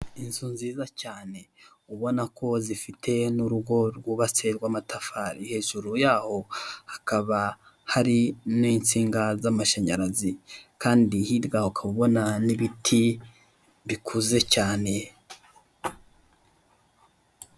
Inzu nziza cyane ubona ko zifite n'urugo rwubatse n'amatafari, hejuru yaho hakaba hari n'insinga z'amashanyarazi kandi hirya ukaba ubona n'ibiti bikuze cyane.